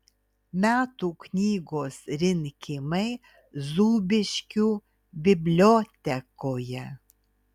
metų knygos rinkimai zūbiškių bibliotekoje